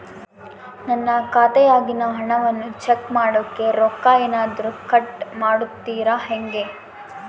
ನನ್ನ ಖಾತೆಯಾಗಿನ ಹಣವನ್ನು ಚೆಕ್ ಮಾಡೋಕೆ ರೊಕ್ಕ ಏನಾದರೂ ಕಟ್ ಮಾಡುತ್ತೇರಾ ಹೆಂಗೆ?